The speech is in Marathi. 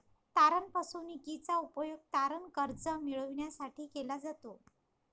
तारण फसवणूकीचा उपयोग तारण कर्ज मिळविण्यासाठी केला जातो